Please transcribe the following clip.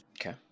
Okay